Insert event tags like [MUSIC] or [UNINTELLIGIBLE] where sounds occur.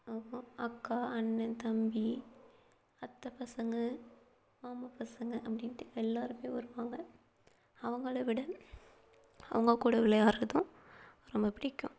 [UNINTELLIGIBLE] அக்கா அண்ணன் தம்பி அத்தை பசங்கள் மாமா பசங்கள் அப்படின்ட்டு எல்லோருமே வருவாங்க அவங்களை விட அவங்க கூட விளையாடுறதும் ரொம்ப பிடிக்கும்